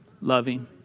loving